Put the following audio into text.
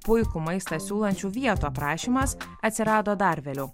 puikų maistą siūlančių vietų aprašymas atsirado dar vėliau